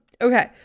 Okay